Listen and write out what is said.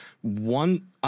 one